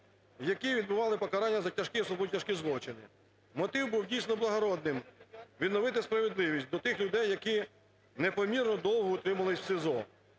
які відбували покарання за тяжкі, особо тяжкі злочини. Мотив був дійсно благородним – відновити справедливість до тих людей, які не помірно довго утримувалися в СІЗО.